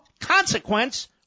consequence